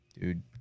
dude